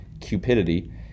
cupidity